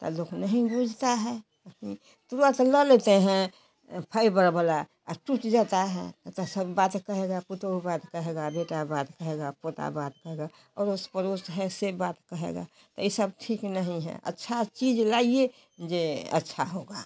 तो लोग नहीं बूझता है उसमें तुरंत ले लेते हैं फाइबर वाला टूट जाता है तो सब बात कहेगा पतोहू बात कहेगा बेटा बात कहेगा पोता बात कहेगा अड़ोस पड़ोस है से बात कहेगा तो ये सब ठीक नहीं है अच्छा चीज लाइए जो अच्छा होगा